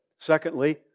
Secondly